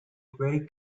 very